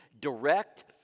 direct